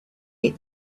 let